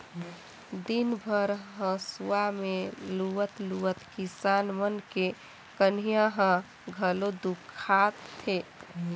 दिन भर हंसुआ में लुवत लुवत किसान मन के कनिहा ह घलो दुखा थे